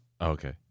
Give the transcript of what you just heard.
okay